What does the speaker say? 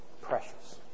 Precious